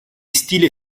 stile